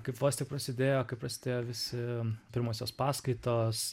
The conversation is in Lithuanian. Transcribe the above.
kaip vos tik prasidėjo kaip prasidėjo visi pirmosios paskaitos